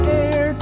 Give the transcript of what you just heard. air